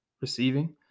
Receiving